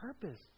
purpose